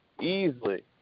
easily